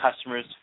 customers